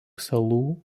salų